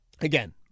again